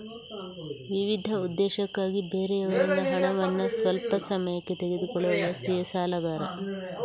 ವಿವಿಧ ಉದ್ದೇಶಕ್ಕಾಗಿ ಬೇರೆಯವರಿಂದ ಹಣವನ್ನ ಸ್ವಲ್ಪ ಸಮಯಕ್ಕೆ ತೆಗೆದುಕೊಳ್ಳುವ ವ್ಯಕ್ತಿಯೇ ಸಾಲಗಾರ